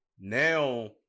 Now